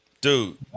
dude